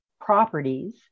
properties